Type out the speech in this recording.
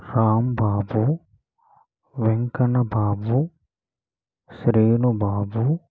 Rambabu Venkanna Babu Srinu Babu